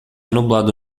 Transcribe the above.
nublado